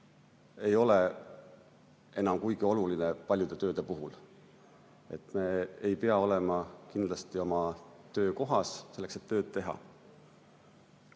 ei ole enam kuigi oluline paljude tööde puhul. Me ei pea olema kindlasti oma töökohas, selleks et tööd teha.